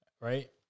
right